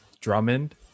Drummond